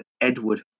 Edward